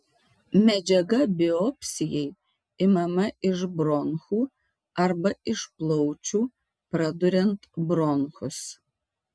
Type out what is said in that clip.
medžiaga biopsijai imama iš bronchų arba iš plaučių praduriant bronchus